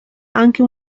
anche